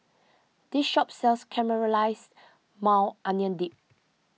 this shop sells Caramelized Maui Onion Dip